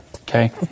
okay